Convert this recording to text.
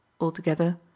Altogether